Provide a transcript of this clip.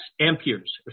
amperes